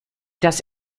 das